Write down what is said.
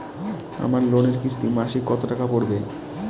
আমার লোনের কিস্তি মাসিক কত টাকা পড়বে?